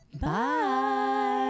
Bye